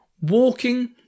Walking